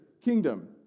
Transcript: kingdom